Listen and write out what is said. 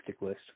list